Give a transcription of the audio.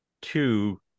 two